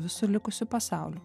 visu likusiu pasauliu